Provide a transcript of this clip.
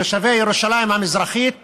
תושבי ירושלים המזרחית